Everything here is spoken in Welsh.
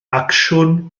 acsiwn